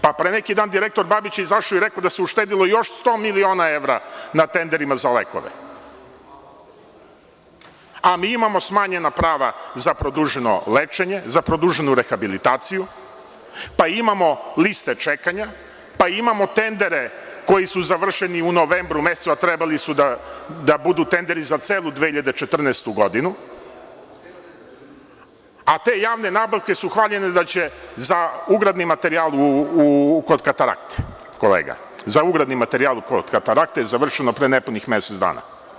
Pre neki dan direktor Babić je izašao i rekao da se uštedelo još 100 miliona evra na tenderima za lekove, a mi imamo smanjena prava za produženo lečenje, za produženu rehabilitaciju, pa imamo liste čekanja, pa imamo tendere koji su završeni u novembru mesecu, a trebali su da budu tenderi za celu 2014. godinu, a te javne nabavke su hvaljene da će za ugradni materijal kod katarakte, kolega, za ugradni kod katarakte završeno pre nepunih mesec dana.